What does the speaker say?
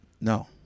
No